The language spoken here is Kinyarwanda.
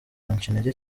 intege